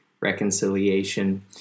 reconciliation